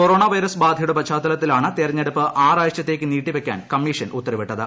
corona virus ബാധയുടെ പശ്ചാത്തലത്തിലാണ് തെരഞ്ഞെടുപ്പ് ആറാഴ്ചത്തേക്ക് നീട്ടിവയ്ക്കാൻ കമ്മീഷൻ ഉത്തരവിട്ടത്